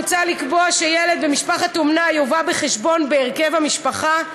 מוצע לקבוע שילד במשפחת אומנה יובא בחשבון בהרכב המשפחה,